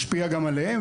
ישפיע גם עליהם,